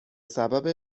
سبب